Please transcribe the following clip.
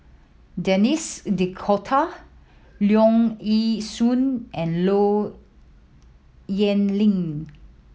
Denis D'Cotta Leong Yee Soo and Low Yen Ling